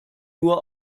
nur